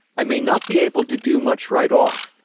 i may not be able to do much right off,